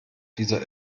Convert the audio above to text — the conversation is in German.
dieser